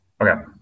okay